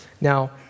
Now